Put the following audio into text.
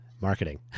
marketing